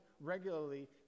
regularly